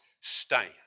stand